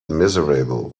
miserable